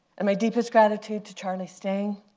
and my deepest gratitude to charlie stang,